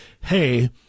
hey